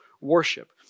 worship